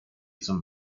zum